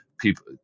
people